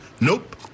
Nope